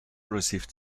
received